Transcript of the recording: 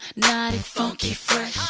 yeah funky fresh.